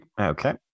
Okay